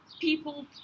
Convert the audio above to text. people